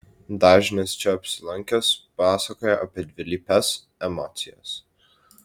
dažnas čia apsilankęs pasakoja apie dvilypes emocijas